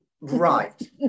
Right